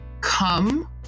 come